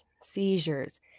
seizures